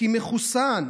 כי מחוסן,